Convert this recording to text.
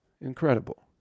Incredible